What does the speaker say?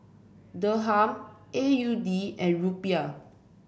Dirham A U D and Rupiah